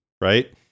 right